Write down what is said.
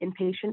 inpatient